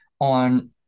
on